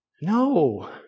No